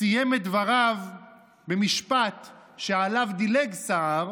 סיים את דבריו במשפט שעליו דילג סער